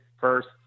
first